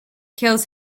kills